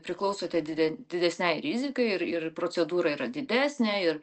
priklausote dide didesnei rizikai ir ir procedūra yra didesnė ir